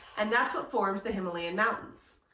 and that's what formed the himalayan mountains.